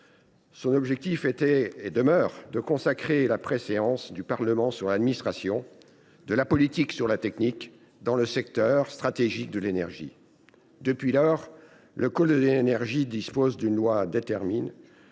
Son objectif était – et demeure – de consacrer la préséance du Parlement sur l’administration et de la politique sur le technique dans le secteur, stratégique, de l’énergie. Depuis lors, le code de l’énergie dispose qu’une loi détermine,